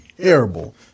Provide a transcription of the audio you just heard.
terrible